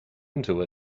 into